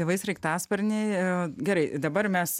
tėvai sraigtasparniai gerai dabar mes